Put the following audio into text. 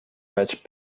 much